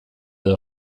edo